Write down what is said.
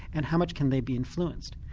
and how much can they be influenced.